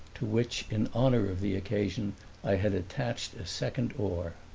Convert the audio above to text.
to which in honor of the occasion i had attached a second oar.